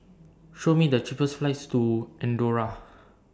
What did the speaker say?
Show Me The cheapest flights to Andorra